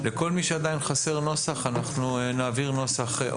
לכל מי שעדיין חסר נוסח, אנחנו נעביר נוסח.